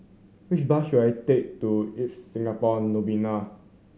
which bus should I take to Ibis Singapore Novena